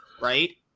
right